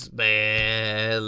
man